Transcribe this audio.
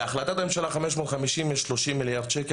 בהחלטת הממשלה 550 יש 30 מיליארד ש"ח,